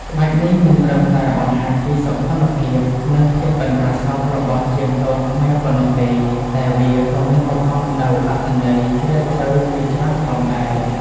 ក្បាច់នេះមិនត្រឹមតែបង្ហាញពីសោភ័ណភាព និងភាពប៉ិនប្រសប់របស់ជាងទងខ្មែរប៉ុណ្ណោះទេ តែវាក៏មានបង្កប់នូវអត្ថន័យជ្រាលជ្រៅជាច្រើនផងដែរ។